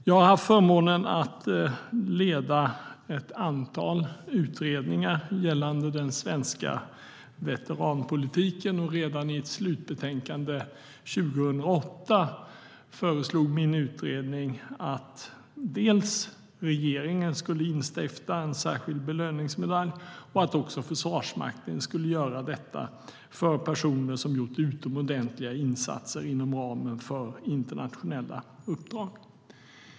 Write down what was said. Jag har haft förmånen att leda ett antal utredningar gällande den svenska veteranpolitiken. Redan i ett slutbetänkande 2008 föreslog min utredning att regeringen skulle instifta en särskild belöningsmedalj och att även Försvarsmakten skulle göra detta för personer som gjort utomordentliga insatser inom ramen för internationella uppdrag.